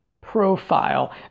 profile